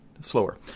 slower